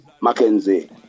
Mackenzie